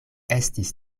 estis